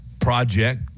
project